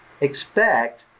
expect